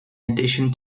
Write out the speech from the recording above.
addition